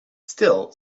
still